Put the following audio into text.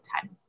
time